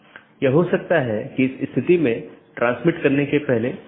इसलिए उद्देश्य यह है कि इस प्रकार के पारगमन ट्रैफिक को कम से कम किया जा सके